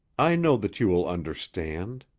i know that you will understand.